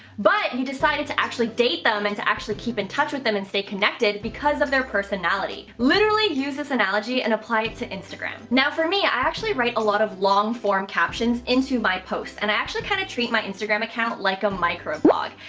but you decided to actually date them and to actually keep in touch with them, and stay connected because of their personality. literally use this analogy and apply it to instagram. now for me, i actually write a lot of long form captions into my posts. and i actually kind of treat my instagram account like a micro-blog.